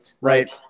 Right